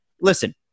listen